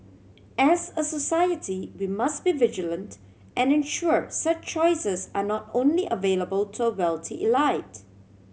as a society we must be vigilant and ensure such choices are not only available to a wealthy elite